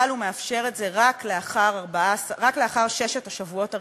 אבל הוא מאפשר את זה רק לאחר ששת השבועות הראשונים,